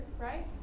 right